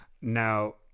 Now